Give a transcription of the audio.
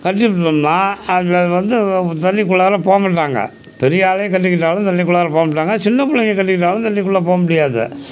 கட்டிப்பிட்டோம்னா அதில் வந்து தண்ணிக்குள்ளார போக மாட்டாங்க பெரிய ஆளே கட்டிக்கிட்டாலும் தண்ணிக்குள்ளார போக மாட்டாங்க சின்னப் பிள்ளைங்க கட்டிக்கிட்டாலும் தண்ணிக்குள்ளே போக முடியாது